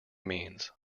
means